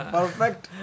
Perfect